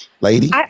lady